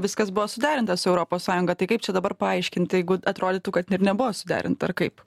viskas buvo suderinta su europos sąjunga tai kaip čia dabar paaiškint jeigu atrodytų kad ir nebuvo suderinti ar kaip